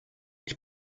ich